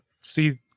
see